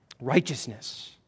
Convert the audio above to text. Righteousness